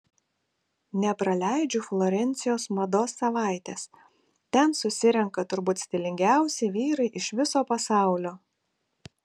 nepraleidžiu florencijos mados savaitės ten susirenka turbūt stilingiausi vyrai iš viso pasaulio